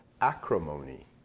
acrimony